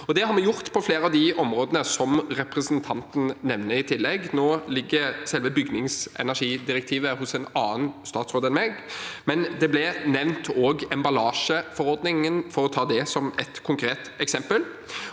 Det har vi gjort på flere av de områdene som representanten nevner i tillegg. Nå ligger selve bygningsenergidirektivet hos en annen statsråd enn meg, men også emballasjeforordningen ble nevnt, for å ta det som et konkret eksempel.